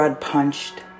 punched